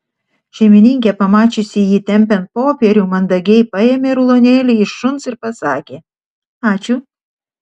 šeimininkė pamačiusi jį tempiant popierių mandagiai paėmė rulonėlį iš šuns ir pasakė ačiū